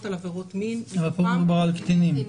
על עבירות מין --- אבל פה מדובר על קטינים.